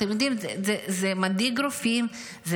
זה מדאיג רופאים,